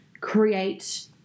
create